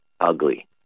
ugly